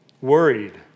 worried